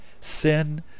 Sin